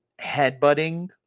headbutting